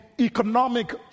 economic